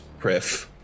Prif